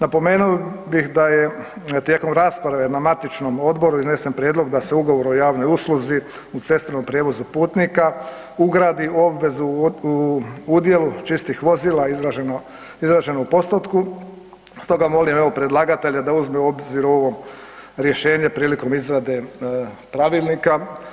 Napomenuo bih da je tijekom rasprave na matičnom odboru iznesen prijedlog da se Ugovor o javnoj usluzi u cestovnom prijevozu putnika ugradi obvezu u udjelu čistih vozila izraženo u postotku, stoga molim evo predlagatelja da uzme u obzir ovo rješenje prilikom izrade pravilnika.